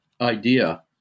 idea